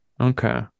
Okay